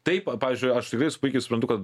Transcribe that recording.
taip pavyzdžiui aš tikrai su puikiai suprantu kad